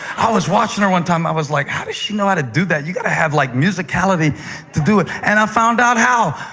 i was watching her one time. i was like, how does she know how to do that? you have to have like musicality to do it. and i found out how.